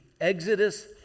Exodus